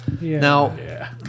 Now